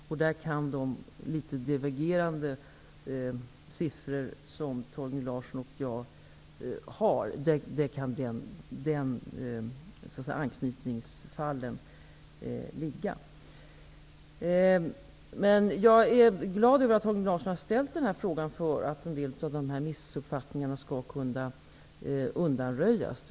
Torgny Larsson och jag har litet divergerande siffror, och det kan bero på anknytningsfallen. Jag är glad över att Torgny Larsson har ställt den här frågan, så att en del missuppfattningar kan undanröjas.